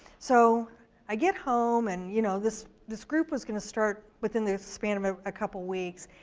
so i get home and you know this this group was gonna start within the span of a ah couple weeks,